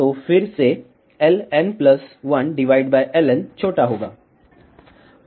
तो फिर से Ln1Ln छोटा होगा